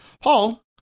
Paul